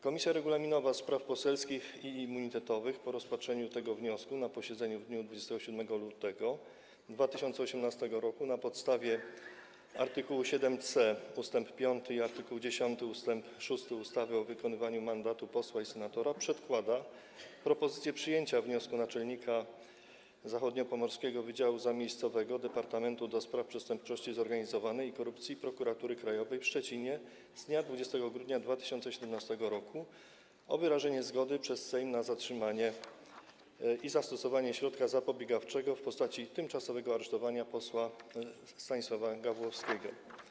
Komisja Regulaminowa, Spraw Poselskich i Immunitetowych po rozpatrzeniu tego wniosku na posiedzeniu w dniu 27 lutego 2018 r. na podstawie art. 7c ust. 5 i art. 10 ust. 6 ustawy o wykonywaniu mandatu posła i senatora przedkłada propozycję przyjęcia wniosku naczelnika Zachodniopomorskiego Wydziału Zamiejscowego Departamentu do Spraw Przestępczości Zorganizowanej i Korupcji Prokuratury Krajowej w Szczecinie z dnia 20 grudnia 2017 r. o wyrażenie zgody przez Sejm na zatrzymanie i zastosowanie środka zapobiegawczego w postaci tymczasowego aresztowania posła Stanisława Gawłowskiego.